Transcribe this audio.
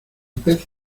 peces